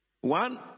One